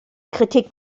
kritik